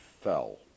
fell